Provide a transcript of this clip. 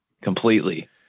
Completely